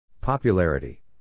Popularity